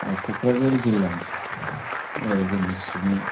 कक्राझार जिलानि जोंनि सुबुंफोरा